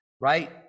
right